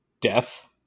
Death